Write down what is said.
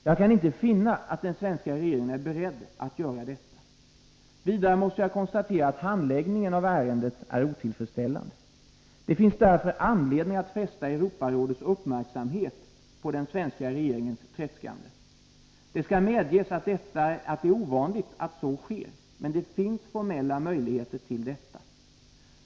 Jag kaniinte finna att den svenska regeringen är beredd att göra detta. Vidare måste jag konstatera att handläggningen av ärendet är otillfredsställande. Det finns därför anledning att fästa Europarådets uppmärksamhet på den svenska regeringens tredskande. Det skall medges att det är ovanligt att så sker, men det finns formella möjligheter till detta.